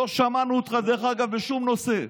לא שמענו אותך, דרך אגב, בשום נושא.